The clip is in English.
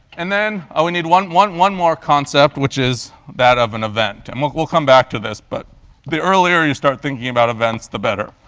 and then we need one one more concept, which is that of an event, and we'll we'll come back to this, but the earlier you start thinking about events, the better.